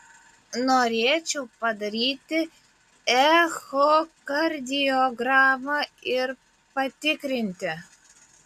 norėčiau padaryti echokardiogramą ir patikrinti